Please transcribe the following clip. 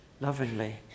lovingly